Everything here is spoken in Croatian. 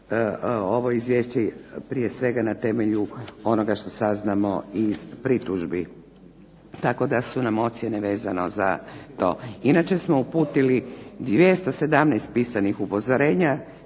ovo Izvješće prvenstveno na temelju onoga što saznamo iz pritužbi, tako da su nam ocjene vezano za to. Inače smo uputili 217 pisanih upozorenja,